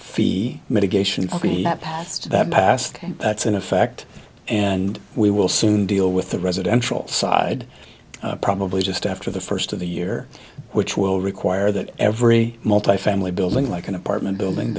fee mitigation that passed in effect and we will soon deal with the residential side probably just after the first of the year which will require that every multifamily building like an apartment building